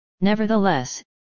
Nevertheless